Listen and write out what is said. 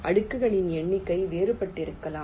அடுக்குகளின் எண்ணிக்கை வேறுபட்டிருக்கலாம்